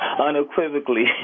unequivocally